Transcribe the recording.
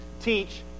teach